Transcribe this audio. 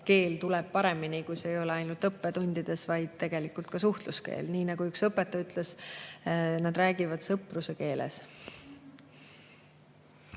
Keel tuleb paremini, kui see ei ole ainult õppetundide keel, vaid ka suhtluskeel. Nii nagu üks õpetaja ütles: nad räägivad sõpruse keeles.